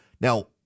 Now